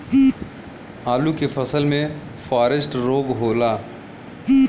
आलू के फसल मे फारेस्ट रोग होला?